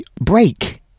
break